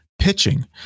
pitching